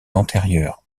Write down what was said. antérieurs